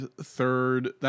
third